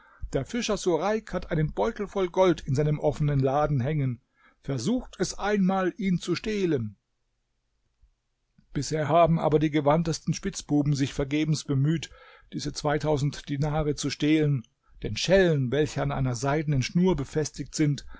der fischer sureik hat einen beutel voll gold in seinem offenen laden hängen versucht es einmal ihn zu stehlen bisher haben aber die gewandtesten spitzbuben sich vergebens bemüht diese zweitausend dinare zu stehlen denn schellen welche an einer seidenen schnur befestigt sind